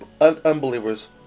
unbelievers